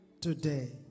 today